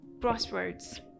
Crossroads